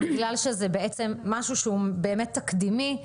בגלל שזה בעצם משהו שהוא באמת תקדימי.